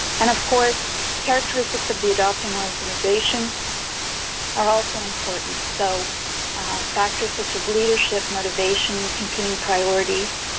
and of course characteristics of the adopting organization are also important. so factors such as leadership, motivation, competing priorities,